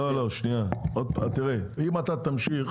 לא לא שנייה, תראה אם אתה תמשיך